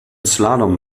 slalom